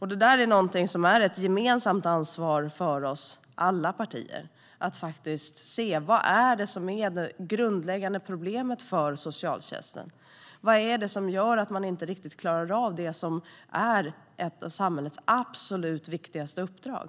Det är ett gemensamt ansvar för oss alla partier att se vad det grundläggande problemet är för socialtjänsten. Vad är det som gör att man inte klarar av det som är ett av samhällets absolut viktigaste uppdrag.